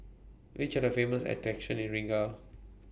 Which Are The Famous attractions in Riga